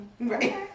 Right